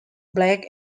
black